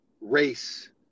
race